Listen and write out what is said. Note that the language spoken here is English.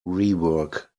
rework